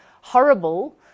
horrible